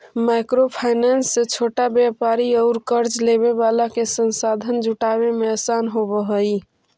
micro finance से छोटा व्यापारि औउर कर्ज लेवे वाला के संसाधन जुटावे में आसान होवऽ हई